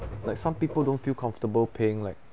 like some people don't feel comfortable paying like